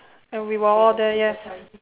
and we were all there yes